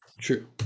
True